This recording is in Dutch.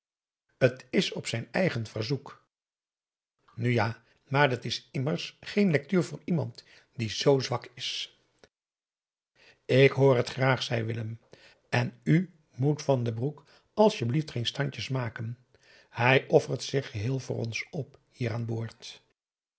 t is op zijn eigen verzoek nu ja maar dat is immers geen lectuur voor iemand die z zwak is ik hoor het graag zei willem en u moet van den broek asjeblieft geen standjes maken hij offert zich geheel voor ons op hier aan boord